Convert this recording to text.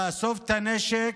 תאסוף את הנשק,